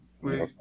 Wait